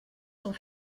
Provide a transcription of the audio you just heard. sans